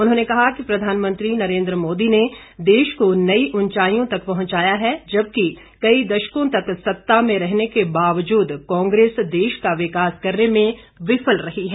उन्होंने कहा कि प्रधानमंत्री नरेंद्र मोदी ने देश को नई ऊंचाई तक पहुंचाया है जबकि कई दशकों तक सत्ता में रहने के बावजूद कांग्रेस देश का विकास करने में विफल रही है